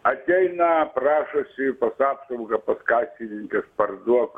ateina prašosi pas apsaugą pas kasininkes parduok